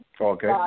Okay